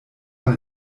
man